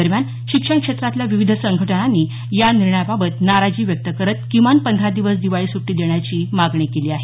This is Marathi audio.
दरम्यान शिक्षण क्षेत्रातल्या विविध संघटनांनी या निर्णयाबाबत नाराजी व्यक्त करत किमान पंधरा दिवस दिवाळी सुटी देण्याची मागणी केली आहे